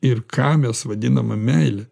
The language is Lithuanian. ir ką mes vadinama meile